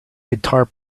guitar